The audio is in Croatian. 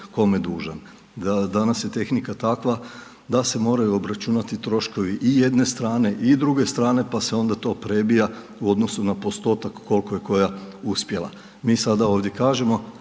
kome dužan. Danas je tehnika takva, da se moraju obračunati troškovi i jedne strane i druge strane, pa se onda to prebija u odnosu na postotak, koliko je koja uspjela. Mi sada ovdje kažemo,